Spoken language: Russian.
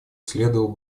следовало